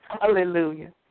Hallelujah